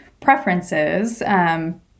preferences